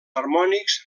harmònics